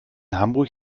hamburg